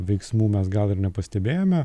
veiksmų mes gal ir nepastebėjome